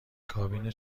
کابین